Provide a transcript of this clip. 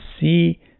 see